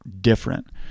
different